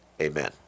amen